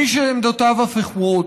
מי שעמדותיו הפוכות,